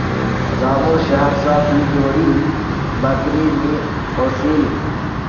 रामू शहर स दी जोड़ी बकरी ने ओसील